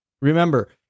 Remember